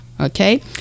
okay